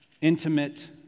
intimate